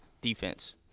defense